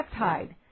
peptide